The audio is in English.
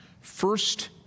First